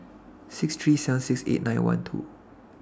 six three seven six eight nine one two